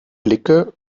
blicke